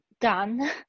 done